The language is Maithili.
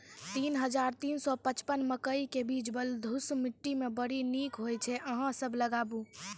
तीन हज़ार तीन सौ पचपन मकई के बीज बलधुस मिट्टी मे बड़ी निक होई छै अहाँ सब लगाबु?